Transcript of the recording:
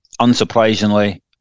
Unsurprisingly